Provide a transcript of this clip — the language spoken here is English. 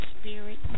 spirit